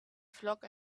flock